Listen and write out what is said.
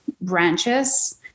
branches